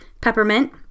peppermint